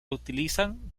utilizan